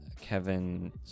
Kevin